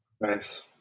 Nice